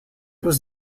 was